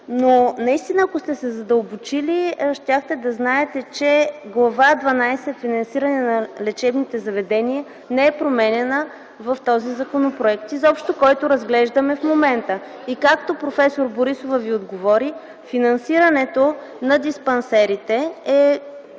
Но наистина, ако сте се задълбочили, щяхте да знаете, че Глава дванадесета „Финансиране на лечебните заведения” изобщо не е променяна в този законопроект, който разглеждаме в момента. И както проф. Борисова Ви отговори, финансирането на диспансерите е